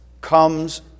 comes